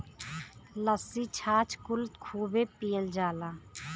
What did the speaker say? लस्सी छाछ कुल खूबे पियल जाला